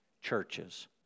churches